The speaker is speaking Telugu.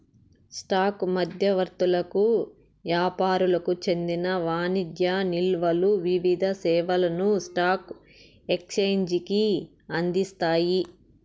స్టాక్ మధ్యవర్తులకు యాపారులకు చెందిన వాణిజ్య నిల్వలు వివిధ సేవలను స్పాక్ ఎక్సేంజికి అందిస్తాయి